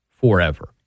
Forever